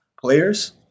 players